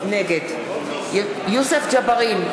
נגד יוסף ג'בארין,